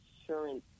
insurance